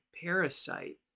parasite